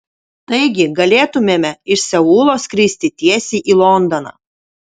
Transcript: taigi galėtumėme iš seulo skristi tiesiai į londoną